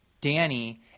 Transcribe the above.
Danny